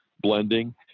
blending